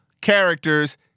characters